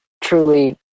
truly